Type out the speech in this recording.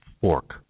Fork